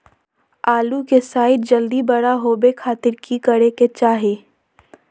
आलू के साइज जल्दी बड़ा होबे खातिर की करे के चाही?